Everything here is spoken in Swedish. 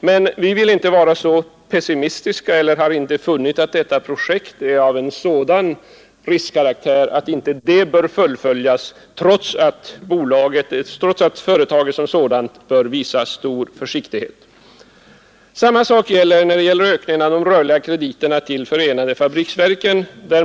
Men vi har inte funnit att detta projekt är av sådan riskkaraktär att det inte bör fullföljas — trots att företaget som sådant bör visa stor försiktighet. Samma sak gäller ökningen av de rörliga krediterna till förenade fabriksverken.